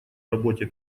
работе